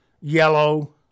yellow